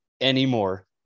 anymore